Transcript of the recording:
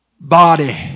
Body